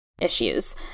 issues